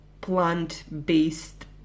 plant-based